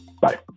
Bye